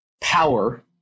power